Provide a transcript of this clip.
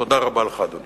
תודה רבה לך, אדוני.